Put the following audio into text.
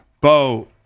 Bo